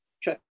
check